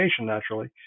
naturally